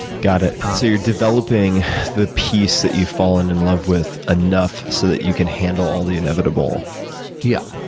got it. so you're developing the piece that you've fallen in love with enough so that you can handle all the inevitable yeah